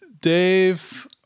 Dave